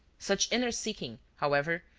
such inner seeking, however,